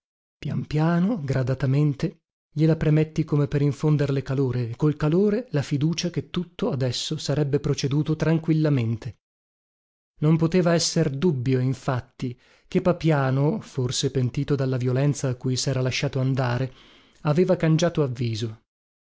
pian piano gradatamente gliela premetti come per infonderle calore e col calore la fiducia che tutto adesso sarebbe proceduto tranquillamente non poteva esser dubbio infatti che papiano forse pentito della violenza a cui sera lasciato andare aveva cangiato avviso